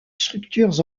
structures